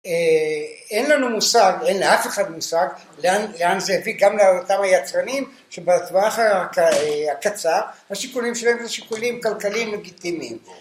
אין לנו מושג, אין לאף אחד מושג לאן זה הביא גם לאותם היצרנים שבטווח הקצר השיקולים שלהם זה שיקולים כלכליים נגיטימיים.